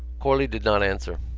corley did not answer.